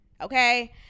okay